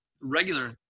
regular